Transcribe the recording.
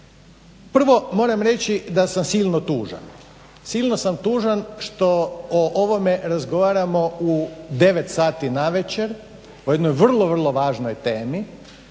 Prvo moram reći da sam silno tužan. Silno sam tužan što o ovome razgovaramo u 9 sati navečer o jednoj vrlo, vrlo važnoj temi.